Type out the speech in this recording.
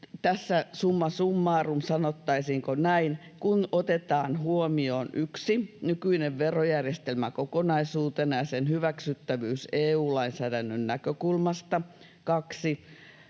tässä summa summarum, sanottaisiinko näin. Kun otetaan huomioon 1) nykyinen verojärjestelmä kokonaisuutena ja sen hyväksyttävyys EU-lainsäädännön näkökulmasta, 2)